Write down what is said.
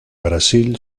brasil